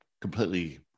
completely